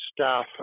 staff